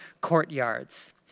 courtyards